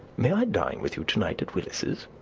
may i dine with you to-night at willis's?